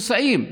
מוסעים,